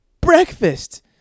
breakfast